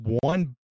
one